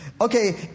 Okay